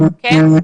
כן.